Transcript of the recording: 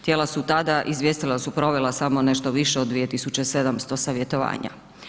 Tijela su tada izvijestila da su provela samo nešto više od 2700 savjetovanja.